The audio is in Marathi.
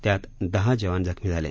त्यात दहा जवान जखमी झाले